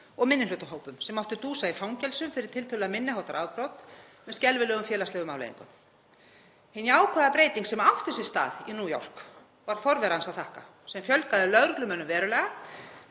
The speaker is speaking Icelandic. og minnihlutahópum sem máttu dúsa í fangelsi fyrir til þess að gera lítil afbrot með skelfilegum félagslegum afleiðingum. Hin jákvæða breyting sem átti sér stað í New York var forvera hans að þakka sem fjölgaði lögreglumönnum verulega,